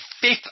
fifth